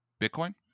Bitcoin